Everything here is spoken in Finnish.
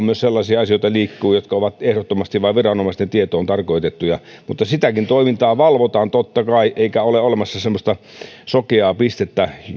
myös sellaisia asioita jotka ovat ehdottomasti vain viranomaisten tietoon tarkoitettuja mutta sitäkin toimintaa valvotaan totta kai eikä ole olemassa semmoista sokeaa pistettä